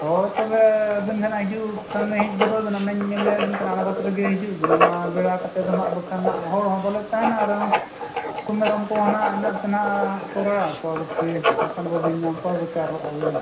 ᱦᱳᱭ ᱛᱚᱵᱮ ᱟᱹᱵᱤᱱ ᱡᱟᱦᱟᱱᱟᱜ ᱦᱤᱡᱩᱜ ᱠᱷᱟᱱ ᱦᱮᱡ ᱜᱚᱫᱚᱜ ᱵᱮᱱ ᱚᱱᱮᱧ ᱞᱟᱹᱭᱟᱜ ᱵᱤᱱ ᱠᱟᱱᱟ ᱟᱬᱜᱟᱛ ᱨᱮᱜᱮ ᱦᱤᱡᱩᱜ ᱵᱤᱱ ᱚᱱᱟ ᱵᱮᱲᱟ ᱠᱟᱛᱮᱫ ᱫᱚ ᱦᱟᱸᱜ ᱵᱟᱠᱷᱟᱱ ᱦᱟᱸᱜ ᱦᱚᱲ ᱦᱚᱸ ᱵᱟᱞᱮ ᱛᱟᱦᱮᱱᱟ ᱟᱨ ᱢᱮᱨᱚᱢ ᱠᱚ ᱦᱟᱸᱜ ᱤᱱᱟᱹᱜ ᱛᱮ ᱱᱟᱦᱟᱸᱜ ᱠᱚᱨᱟᱜ ᱟᱠᱚ ᱜᱩᱯᱤ ᱵᱟᱠᱷᱟᱱ ᱵᱟᱹᱵᱤᱱ ᱧᱟᱢ ᱠᱚᱣᱟ ᱵᱮᱠᱟᱨᱚᱜᱼᱟ ᱵᱤᱱ